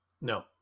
No